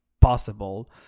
Possible